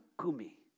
kumi